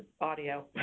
audio